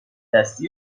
دستی